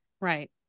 Right